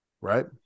right